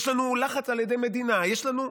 יש לנו לחץ על ידי מדינה, יש לנו,